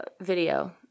video